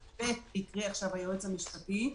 את (ב) קרא עכשיו היועץ המשפטי,